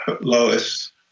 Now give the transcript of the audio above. Lois